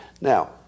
Now